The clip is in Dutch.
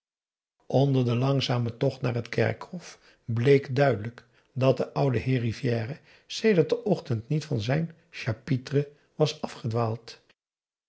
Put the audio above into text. onder den langzamen tocht naar het kerkhof bleek duidelijk dat de oude heer rivière sedert den ochtend niet van zijn chapitre was